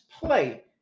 play